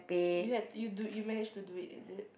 you had you do you manage to do it is it